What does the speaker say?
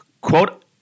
quote